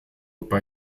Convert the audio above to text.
bei